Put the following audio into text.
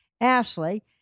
Ashley